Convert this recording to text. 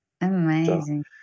Amazing